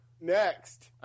Next